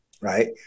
right